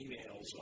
emails